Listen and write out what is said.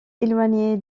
éloignée